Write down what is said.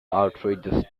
outrageous